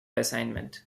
assignment